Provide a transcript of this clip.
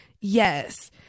yes